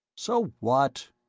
so what?